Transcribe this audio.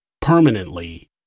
permanently